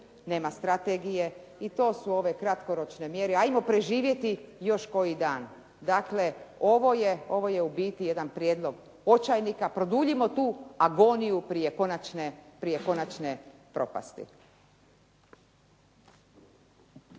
nema strategije i to su ove kratkoročne mjere, ajmo preživjeti još koji dan. Dakle ovo je u biti jedan prijedlog očajnika, produljimo tu agoniju prije konačne propasti.